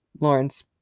-Lawrence